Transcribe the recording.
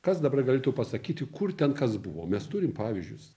kas dabar galėtų pasakyti kur ten kas buvo mes turim pavyzdžius